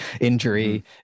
injury